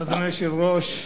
אדוני היושב-ראש,